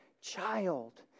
Child